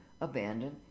abandoned